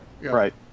Right